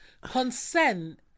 consent